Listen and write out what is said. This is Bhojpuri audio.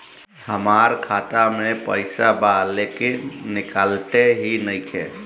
हमार खाता मे पईसा बा लेकिन निकालते ही नईखे?